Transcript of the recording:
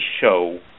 show